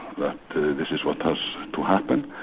that this is what has to happen,